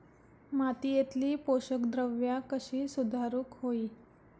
मातीयेतली पोषकद्रव्या कशी सुधारुक होई?